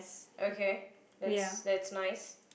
okay that's nice